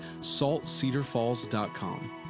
saltcedarfalls.com